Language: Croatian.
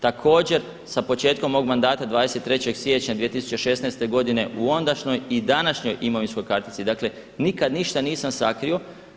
Također sa početkom mog mandata 23. siječnja 2016. godine u ondašnjoj i današnjoj imovinskoj kartici dakle nikad ništa nisam sakrio.